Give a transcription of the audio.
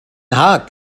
haag